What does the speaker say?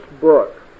book